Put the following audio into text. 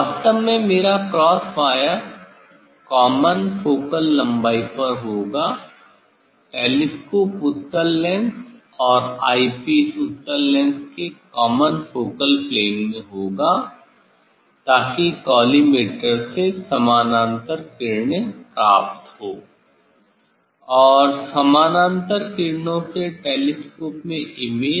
वास्तव में मेरा क्रॉस वायर कॉमन फोकल लम्बाई पर होगा टेलीस्कोप उत्तल लेंस और आईपीस उत्तल लेंस के कॉमन फ़ोकल प्लेन में होगा ताकि कॉलीमेटर से समांतर किरणें प्राप्त हो और समांतर किरणों से टेलीस्कोप में इमेज